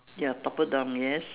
ya toppled down yes